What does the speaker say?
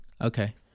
okay